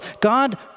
God